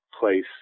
place